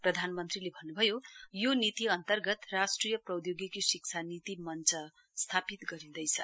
प्रधानमन्त्रीले भन्न्भयो यो नीति अन्तर्गत राष्ट्रिय प्रौद्योगिकी शिक्षा नीति मञ्च स्थापित गरिँदैछ